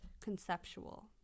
conceptual